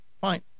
Fine